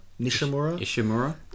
Nishimura